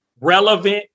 relevant